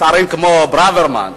שרים כמו ברוורמן,